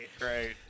Right